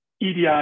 EDI